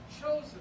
chosen